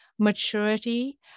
maturity